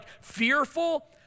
fearful